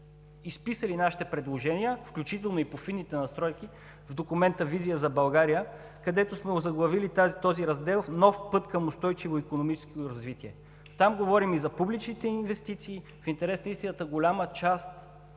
изписали нашите предложения, включително и по фините настройки в документа „Визия за България“, където сме озаглавили този раздел „Нов път към устойчиво икономическо развитие“. Там говорим и за публичните инвестиции. В интерес на истината голяма част